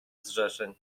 zrzeszeń